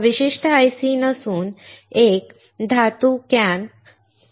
हा विशिष्ट IC काहीही नसून एक धातू कॅन IC आहे